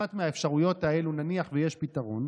כשאחת מהאפשרויות האלה, נניח שיש פתרון